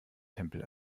tempel